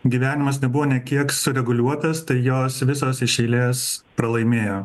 gyvenimas nebuvo nė kiek sureguliuotas tai jos visos iš eilės pralaimėjo